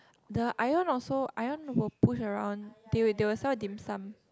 the Ion also Ion will push around they will they will sell dim sum